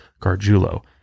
Gargiulo